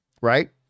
right